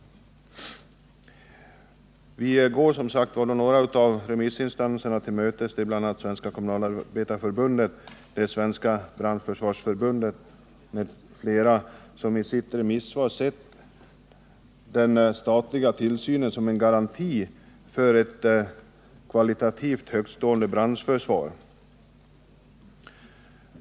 Bland remissinstanser som utskottsmajoriteten går till mötes kan nämnas Svenska kommunalarbetareförbundet och Svenska brandförsvarsförbundet, vilka i sina remissvar framhållit att den statliga tillsynen är en garanti för ett kvalitativt högtstående brandförsvar.